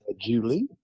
Julie